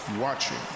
watching